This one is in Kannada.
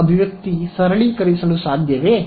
ಈ ಅಭಿವ್ಯಕ್ತಿ ಸರಳೀಕರಿಸಲು ಸಾಧ್ಯವೇ